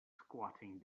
squatting